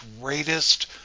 greatest